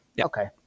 okay